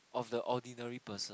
of the ordinary person